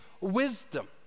wisdom